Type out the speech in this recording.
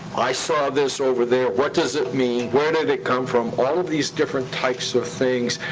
i saw this over there, what does it mean? where did it come from? all of these different types of things.